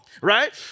right